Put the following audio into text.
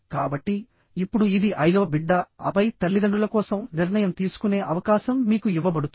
కాబట్టి ఇప్పుడు ఇది ఐదవ బిడ్డ ఆపై తల్లిదండ్రుల కోసం నిర్ణయం తీసుకునే అవకాశం మీకు ఇవ్వబడుతుంది